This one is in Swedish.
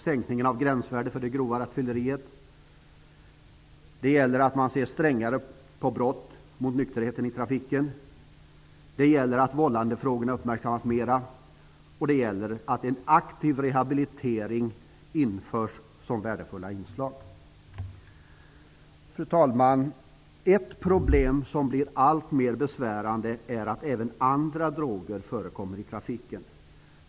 Som värdefulla inslag gäller: - att man ser strängare på brott mot nykterheten i trafiken, - att vållandefrågorna uppmärksammas mera och - att en aktiv rehabilitering införs. Fru talman! Ett problem som blir alltmer besvärande är att även andra droger förekommer i trafiken.